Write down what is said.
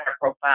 profile